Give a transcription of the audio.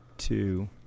Two